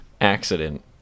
Accident